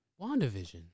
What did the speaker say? WandaVision